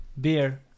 beer